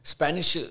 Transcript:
Spanish